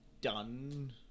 done